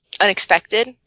unexpected